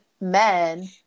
men